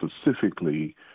specifically